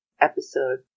Episode